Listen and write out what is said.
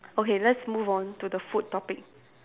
okay let's move on to the food topic